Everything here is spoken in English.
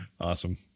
Awesome